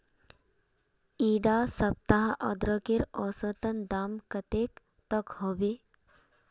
इडा सप्ताह अदरकेर औसतन दाम कतेक तक होबे?